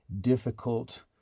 difficult